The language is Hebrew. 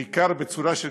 בעיקר בצורה של